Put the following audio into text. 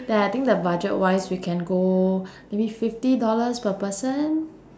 then I think the budget wise can go maybe fifty dollars per person